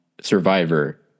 Survivor